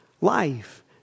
life